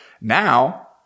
Now